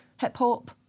hip-hop